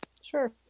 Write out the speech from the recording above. Sure